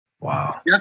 Wow